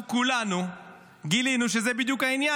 עכשיו כולנו גילינו שזה בדיוק העניין.